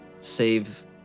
save